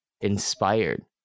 inspired